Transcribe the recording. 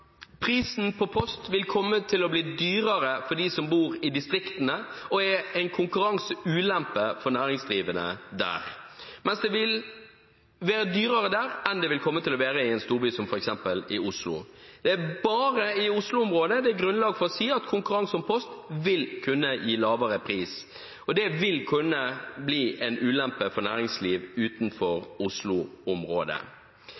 Prisen på post vil komme til å bli dyrere for dem som bor i distriktene, og er en konkurranseulempe for næringsdrivende der. Det vil være dyrere der enn det vil komme til å være i en storby som f.eks. Oslo. Det er bare i Oslo-området det er grunnlag for å si at konkurranse om post vil kunne gi lavere pris. Det vil kunne bli en ulempe for næringsliv utenfor